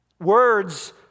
Words